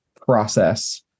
process